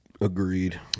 agreed